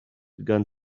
began